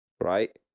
right